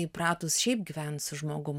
įpratus šiaip gyvent su žmogum